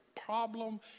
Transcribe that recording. problem